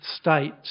state